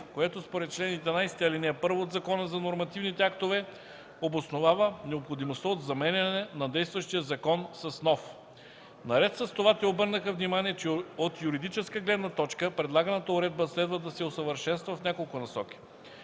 което според чл. 11, ал. 1 от Закона за нормативните актове обосновава необходимостта от заменяне на действащия закон с нов. Наред с това те обърнаха внимание, че от юридическа гледна точка предлаганата уредба следва да се усъвършенства в няколко насоки.